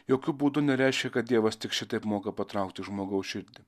jokiu būdu nereiškia kad dievas tik šitaip moka patraukti žmogaus širdį